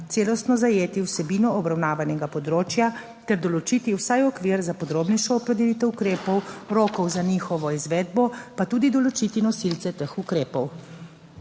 celostno zajeti vsebino obravnavanega področja ter določiti vsaj okvir za podrobnejšo opredelitev ukrepov, rokov za njihovo izvedbo, pa tudi določiti nosilce teh ukrepov.